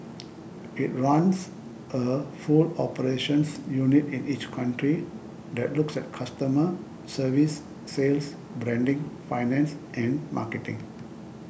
it runs a full operations unit in each country that looks at customer service sales branding finance and marketing